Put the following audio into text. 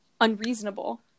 unreasonable